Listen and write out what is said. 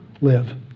live